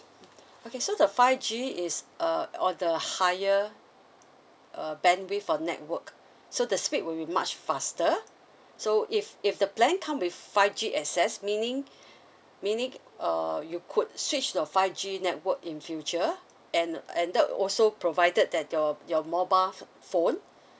okay so the five G is a all the higher uh bandwidth of network so the speed will be much faster so if if the plan come with five G access meaning meaning uh you could switch your five G network in future and and that also provided that your your mobile phone